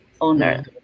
owner